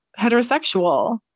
heterosexual